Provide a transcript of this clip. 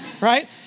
right